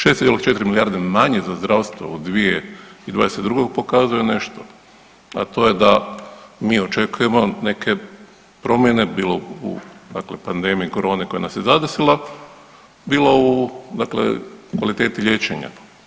6 ili 4 milijarde manje za zdravstvo u 2022. pokazuje nešto, a to je da mi očekujemo neke promjene bilo dakle u pandemiji korone koja nas je zadesila, bilo u dakle kvaliteti liječenja.